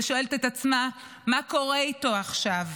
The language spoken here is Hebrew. ושואלת את עצמה מה קורה איתו עכשיו.